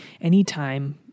Anytime